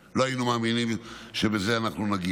לא היינו מאמינים שלזה אנחנו נגיע.